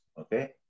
okay